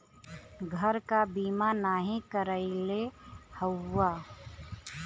घर क बीमा नाही करइले हउवा